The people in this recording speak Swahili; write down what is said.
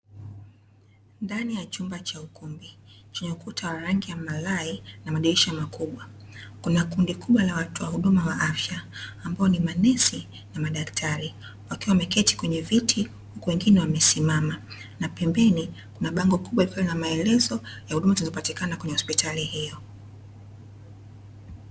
Ndani ya chumba cha ukumbi, chenye ukuta wa rangi ya malai, na madirisha makubwa. Kuna kundi kubwa la watoa huduma wa afya ambao ni manesi na madaktari, wakiwa wameketi kwenye viti huku wengine wamesimama. Na pembeni kuna bango kubwa likiwa na maelezo ya huduma zinazopatikana kwenye hospitali hiyo.